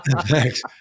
thanks